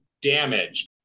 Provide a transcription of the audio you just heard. damage